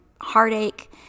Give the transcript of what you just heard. heartache